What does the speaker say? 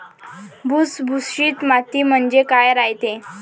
भुसभुशीत माती म्हणजे काय रायते?